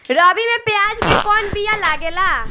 रबी में प्याज के कौन बीया लागेला?